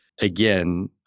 again